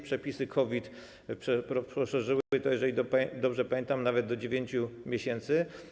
Przepisy COVID poszerzyły to, jeżeli dobrze pamiętam, nawet do 9 miesięcy.